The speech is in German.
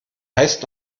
heißt